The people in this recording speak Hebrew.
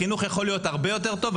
החינוך יכול להיות הרבה יותר טוב,